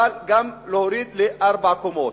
אבל גם להוריד לארבע קומות.